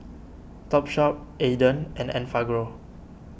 Topshop Aden and Enfagrow